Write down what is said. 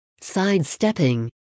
sidestepping